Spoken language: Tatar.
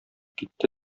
китте